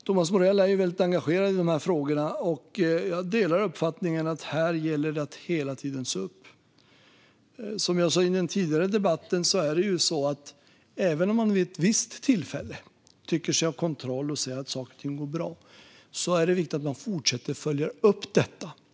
Thomas Morell är mycket engagerad i frågorna. Jag delar uppfattningen att det gäller att hela tiden se upp. Jag sa i den tidigare debatten att även om man vid ett visst tillfälle tycker sig ha kontroll och ser att saker och ting går bra är det viktigt att följa upp detta.